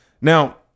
Now